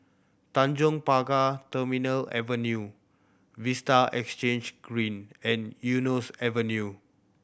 Tanjong Pagar Terminal Avenue Vista Exhange Green and Eunos Avenue